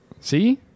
See